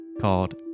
called